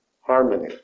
harmony